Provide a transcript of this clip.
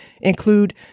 include